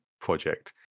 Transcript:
project